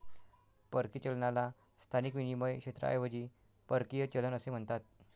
परकीय चलनाला स्थानिक विनिमय क्षेत्राऐवजी परकीय चलन असे म्हणतात